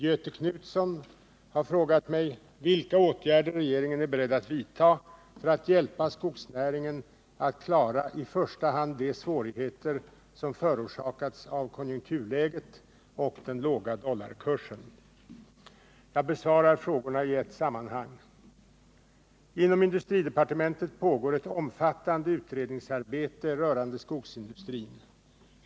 Göthe Knutson har frågat mig vilka åtgärder regeringen är beredd att vidta för att hjälpa skogsnäringen att klara i första hand de svårigheter som förorsakats av konjunkturläget och den låga dollarkursen. Jag besvarar frågorna i ett sammanhang. Inom industridepartementet pågår ett omfattande utredningsarbete rörande skogsindustrin.